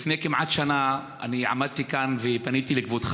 לפני כמעט שנה אני עמדתי כאן ופניתי לכבודך